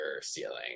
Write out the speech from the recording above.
ceiling